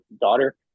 daughter